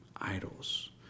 idols